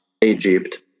Egypt